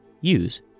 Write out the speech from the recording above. use